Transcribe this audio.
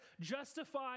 justify